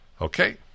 okay